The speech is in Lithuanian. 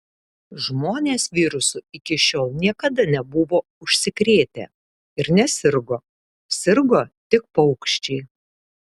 žmonės virusu iki šiol niekada nebuvo užsikrėtę ir nesirgo sirgo tik paukščiai